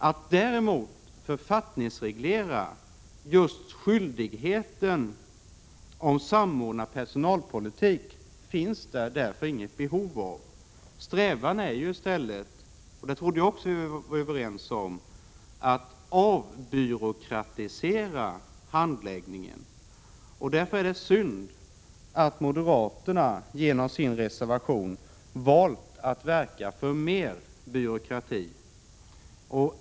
Att författningsreglera skyldigheten om samordnad personalpolitik finns därför inget behov av. Strävan är i stället att avbyråkratisera handläggningen — det trodde jag också att vi var överens om. Därför är det synd att moderaterna genom sin reservation valt att verka för mera byråkrati.